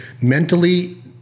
mentally